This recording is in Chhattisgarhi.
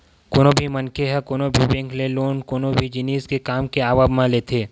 कोनो भी मनखे ह कोनो भी बेंक ले लोन कोनो भी जिनिस के काम के आवब म लेथे